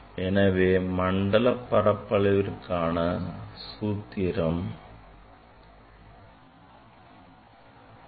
எனவே மண்டல பரப்பளவிற்கான சூத்திரம் pi r square here S square S m square minus pi S m minus 1 square mth m minus 1 that there 2 concentric 1